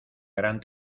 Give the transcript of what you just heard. gran